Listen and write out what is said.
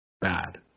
bad